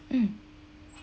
mm